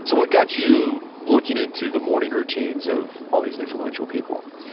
so what got you looking into the morning routines of all these influential people?